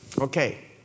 Okay